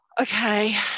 Okay